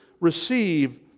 receive